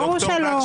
ברור שלא.